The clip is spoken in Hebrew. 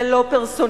זה לא פרסונלי,